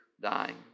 dying